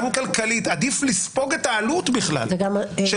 וגם מבחינה כלכלית, עדיף לספוג את העלות של המוסר.